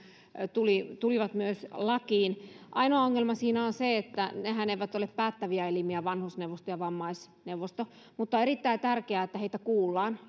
tulivat myös lakiin ainoa ongelma siinä on se että nehän eivät ole päättäviä elimiä vanhusneuvosto ja vammaisneuvosto mutta on erittäin tärkeää että niitä kuullaan